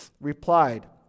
replied